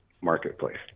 marketplace